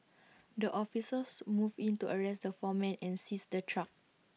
the officers moved in to arrest the four men and seize the truck